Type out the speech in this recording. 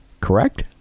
Correct